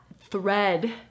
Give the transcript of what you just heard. thread